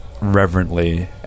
reverently